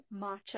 matcha